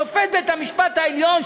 שופט בית-המשפט העליון,